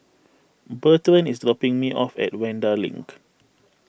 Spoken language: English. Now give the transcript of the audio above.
Bertrand is dropping me off at Vanda Link